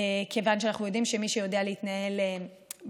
כיוון שאנחנו יודעים שמי שיודע להתנהל בצורה